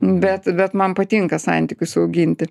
bet bet man patinka santykius auginti